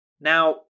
Now